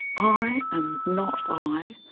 i and not i,